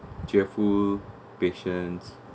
cheerful patience